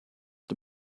the